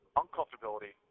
uncomfortability